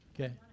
Okay